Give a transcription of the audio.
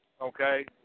okay